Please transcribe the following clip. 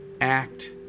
act